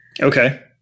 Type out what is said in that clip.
Okay